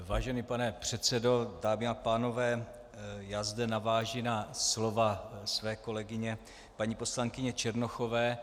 Vážený pane předsedo, dámy a pánové, já zde navážu na slova své kolegyně paní poslankyně Černochové.